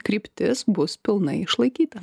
kryptis bus pilnai išlaikyta